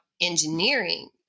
engineering